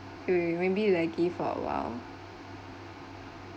wait wait wait maybe lagging for awhile